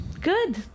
Good